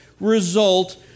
result